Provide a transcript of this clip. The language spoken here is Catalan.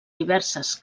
diverses